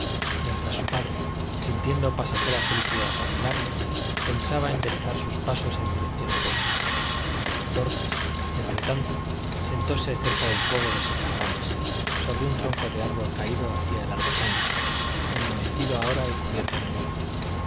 mientras su padre sintiendo pasajera felicidad al mirarle pensaba enderezar sus pasos en dirección opuesta dorcas entretanto sentóse cerca del fuego de secas ramas sobre un tronco de árbol caído hacía largos años enmohecido ahora y cubierto de musgo